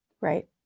Right